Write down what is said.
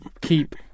keep